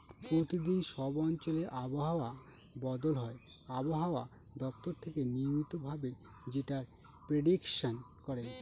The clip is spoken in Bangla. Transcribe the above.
প্রতিদিন সব অঞ্চলে আবহাওয়া বদল হয় আবহাওয়া দপ্তর থেকে নিয়মিত ভাবে যেটার প্রেডিকশন করে